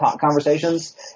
conversations